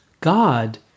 God